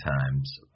times